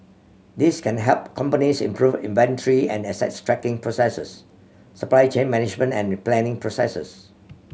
these can help companies improve inventory and asset tracking processes supply chain management and planning processes